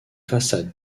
façade